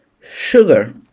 Sugar